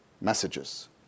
Messages